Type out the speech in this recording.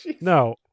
no